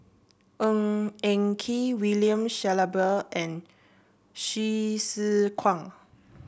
Ng Eng Kee William Shellabear and Hsu Tse Kwang